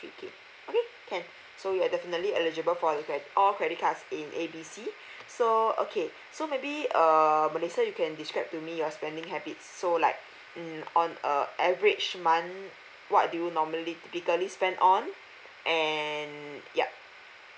3 K okay can so you're definitely eligible for that all credit cards in A B C so okay so maybe err melissa you can describe to me your spending habits so like mm on a average month what do you normally typically spend on and yup